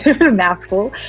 mouthful